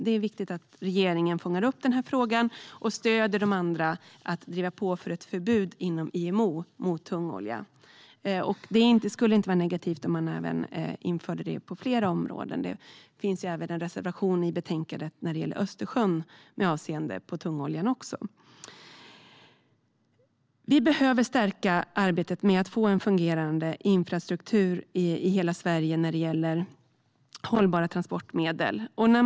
Det är viktigt att regeringen fångar upp den här frågan och stöder de andra i att driva på för ett förbud inom IMO mot tungolja. Det skulle inte vara negativt om man även införde det på fler områden. Det finns också en reservation i betänkandet när det gäller Östersjön med avseende på tungoljan. Vi behöver stärka arbetet med att få en fungerande infrastruktur i hela Sverige när det gäller hållbara transportmedel.